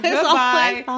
Goodbye